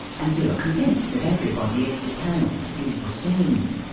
and you are convinced that everybody is determined to do the same.